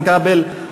איתן כבל,